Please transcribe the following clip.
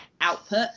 output